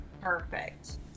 perfect